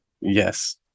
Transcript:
yes